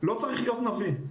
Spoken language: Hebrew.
לא צריך להיות נביא,